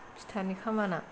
फिथानि खामानिया